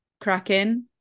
cracking